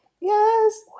Yes